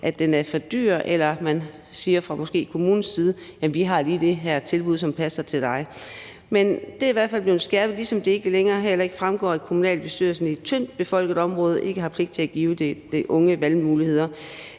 at den er for dyr, eller at der måske fra kommunens side bliver sagt: Vi har lige det her tilbud, som passer til dig. Det er i hvert fald blevet skærpet, ligesom det heller ikke længere fremgår, at kommunalbestyrelsen i tyndt befolkede områder ikke har pligt til at give den unge valgmuligheder,